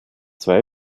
zwei